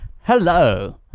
Hello